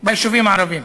ביישובים הערביים,